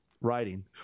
writing